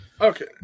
Okay